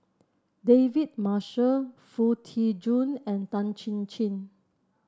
David Marshall Foo Tee Jun and Tan Chin Chin